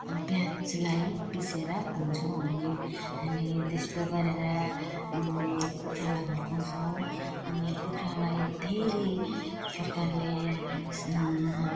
प्याजलाई पिसेर खुवाउँछौँ अनि हामी त्यस्तो गरेर कुखुरालाई हुर्काउँछौँ अनि कुखुरालाई धेरै प्रकारले